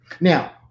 Now